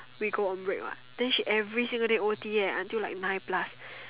we go on break what then she every single day O_T eh until like nine plus